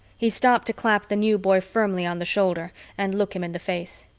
he stopped to clap the new boy firmly on the shoulder and look him in the face.